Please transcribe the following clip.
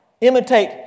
Imitate